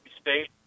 State